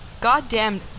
goddamn